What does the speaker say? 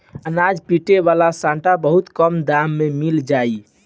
अनाज पीटे वाला सांटा बहुत कम दाम में मिल जाई